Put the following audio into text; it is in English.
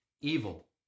evil